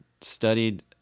studied